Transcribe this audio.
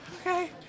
Okay